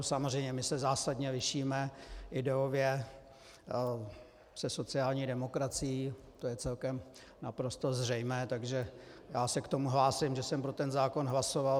Samozřejmě my se zásadně lišíme ideově se sociální demokracií, to je celkem naprosto zřejmé, takže já se hlásím k tomu, že jsem pro ten zákon hlasoval.